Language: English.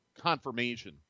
confirmation